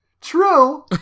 True